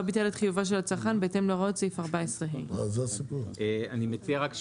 ביטל את חיובו של הצרכן בהתאם להוראות סעיף 14ה." אני רק מציע,